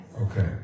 Okay